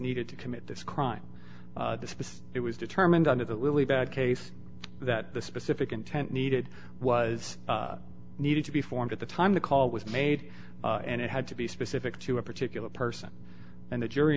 needed to commit this crime the space it was determined under the lily bad case that the specific intent needed was needed to be formed at the time the call was made and it had to be specific to a particular person and the jury